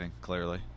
clearly